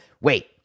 Wait